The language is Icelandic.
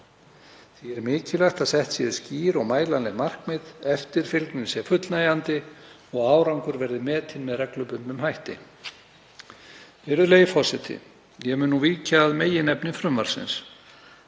Því er mikilvægt að sett séu skýr og mælanleg markmið, eftirfylgni sé fullnægjandi og árangur verði metinn með reglubundnum hætti. Virðulegi forseti. Ég mun nú víkja að meginefni frumvarpsins.